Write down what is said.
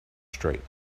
straight